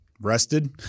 rested